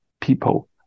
people